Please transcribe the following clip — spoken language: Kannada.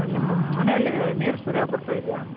ನಿಮ್ಮ ಮನೆಯಲ್ಲಿ ನೀರು ಸರಿಯಾಗಿ ಬರ್ತಾ ಇದೆಯಾ